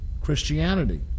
Christianity